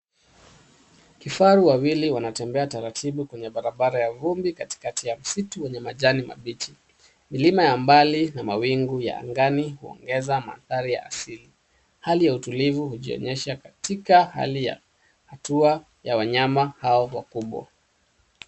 Kifaru wawili wanatembea taratibu kwenye barabara ya vumbi katikati ya msitu wenye majani mabichi. Milima ya mbali na mawingu ya angani huongeza mandhari ya asili. Hali ya utulivu hujionyesha katika hali ya hatua ya wanyama hao wakubwa.